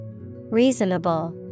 Reasonable